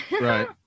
Right